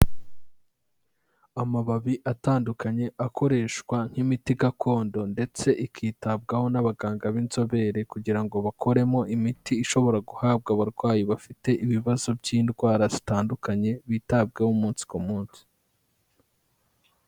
Amababi atandukanye akoreshwa nk'imiti gakondo ndetse ikitabwaho n'abaganga b'inzobere kugira ngo bakoremo imiti ishobora guhabwa abarwayi bafite ibibazo by'indwara zitandukanye bitabweho umunsi ku munsi.